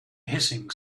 hissing